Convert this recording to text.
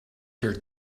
here